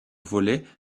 voler